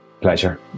Pleasure